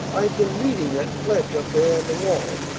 i've been reading that pledge up there on the wall.